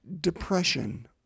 depression